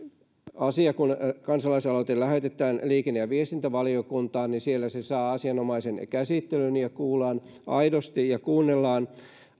kun tämä kansalaisaloite lähetetään liikenne ja viestintävaliokuntaan niin siellä se saa asianomaisen käsittelyn ja kuullaan aidosti ja kuunnellaan